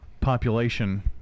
population